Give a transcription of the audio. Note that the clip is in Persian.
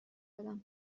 بدم